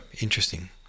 interesting